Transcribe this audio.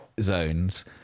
zones